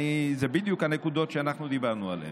מדובר בנקודות שאנחנו דיברנו עליהן.